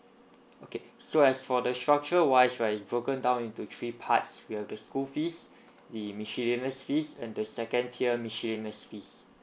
okay so as for the structure wise right it's broken down into three parts will be the school fees the miscellaneous fees and the second tier miscellaneous fees